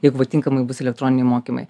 jeigu va tinkamai bus elektroniniai mokymai